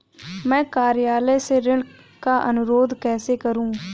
मैं कार्यालय से ऋण का अनुरोध कैसे करूँ?